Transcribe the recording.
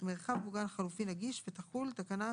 ומתקיימות הנסיבות האמורות בתקנה 12א(5),